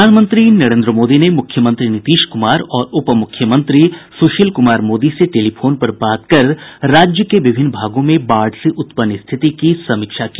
प्रधानमंत्री नरेन्द्र मोदी ने मुख्यमंत्री नीतीश कुमार और उपमुख्यमंत्री सुशील कुमार मोदी से टेलीफोन पर बात कर राज्य के विभिन्न भागों में बाढ़ से उत्पन्न स्थिति की समीक्षा की